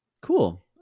Cool